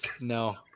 No